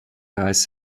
reis